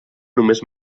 només